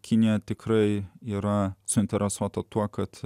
kinija tikrai yra suinteresuota tuo kad